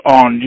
on